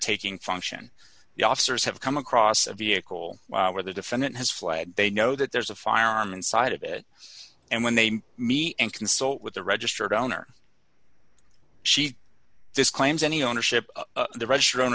taking function the officers have come across a vehicle where the defendant has flagged they know that there's a firearm inside of it and when they me and consult with the registered owner she disclaims any ownership of the restaurant